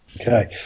Okay